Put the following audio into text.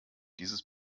dieses